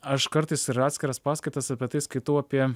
aš kartais ir atskiras paskaitas apie tai skaitau apie